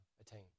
attain